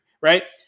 right